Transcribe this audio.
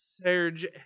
Serge